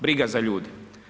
Briga za ljude.